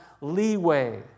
leeway